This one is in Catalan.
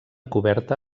coberta